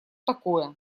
такое